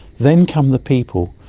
then come the people.